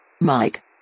Mike